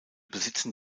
besitzen